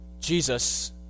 Jesus